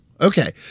Okay